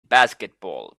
basketball